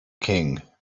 king